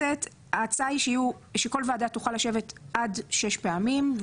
ההצעה היא שכל ועדה תוכל לשבת עד שש פעמים.